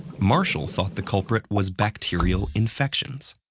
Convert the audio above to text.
marshall thought the culprit was bacterial infections.